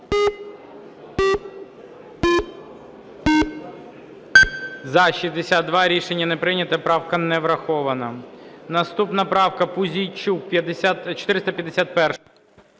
За-67 Рішення не прийнято. Правка не врахована. Наступна правка 497, Пузійчук.